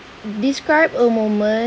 describe a moment